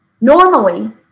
Normally